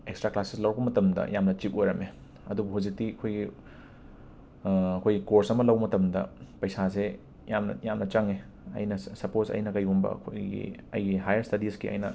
extra ꯀ꯭ꯂꯥꯁꯁꯦ ꯂꯧꯔꯛꯄ ꯃꯇꯝꯗ ꯌꯥꯝꯅ ꯆꯤꯞ ꯑꯣꯏꯔꯝꯃꯦ ꯑꯗꯨꯕꯨ ꯍꯧꯖꯤꯛꯇꯤ ꯑꯩꯈꯣꯏ ꯑ ꯑꯩꯈꯣꯏ ꯀꯣꯔꯁ ꯑꯃ ꯂꯧꯕ ꯃꯇꯝꯗ ꯄꯩꯁꯥꯁꯦ ꯌꯥꯝꯅ ꯌꯥꯝꯅ ꯆꯪꯉꯦ ꯑꯩꯅ ꯁ ꯁꯄꯣꯁ ꯑꯩꯅ ꯀꯩꯒꯨꯝꯕ ꯑꯩꯈꯣꯏꯒꯤ ꯑꯩꯒꯤ ꯍꯥꯏꯌꯔ ꯁ꯭ꯇꯗꯤꯁꯀꯤ ꯑꯩꯅ